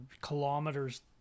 kilometers